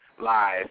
live